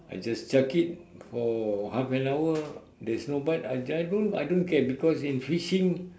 I just chuck it for half an hour there's no bait I just roam I don't care because in fishing